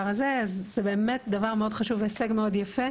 הזה אז זה באמת דבר מאוד חשוב והישג מאוד יפה,